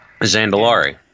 Zandalari